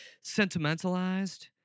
sentimentalized